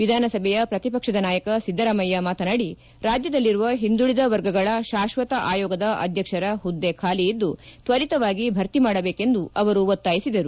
ವಿಧಾನಸಭೆಯ ಪ್ರತಿಪಕ್ಷದ ನಾಯಕ ಸಿದ್ಧರಾಮಯ್ನ ಮಾತನಾಡಿ ರಾಜ್ಯದಲ್ಲಿರುವ ಹಿಂದುಳಿದ ವರ್ಗಗಳ ಶಾಶ್ವತ ಆಯೋಗದ ಅಧ್ಯಕ್ಷರ ಹುದ್ದೆ ಖಾಲಿಯಿದ್ದು ತ್ವರಿತವಾಗಿ ಭರ್ತಿ ಮಾಡಬೇಕೆಂದು ಅವರು ಒತ್ತಾಯಿಸಿದರು